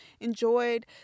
enjoyed